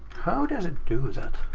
how does it do that?